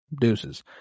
Deuces